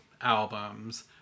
albums